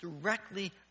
directly